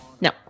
No